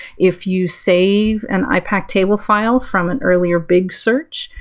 if you save an ipac table file from an earlier big search,